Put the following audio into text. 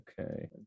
okay